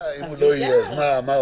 אם הוא לא יהיה, אז מה עוד?